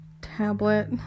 tablet